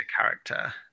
character